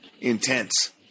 intense